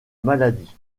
maladie